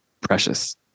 precious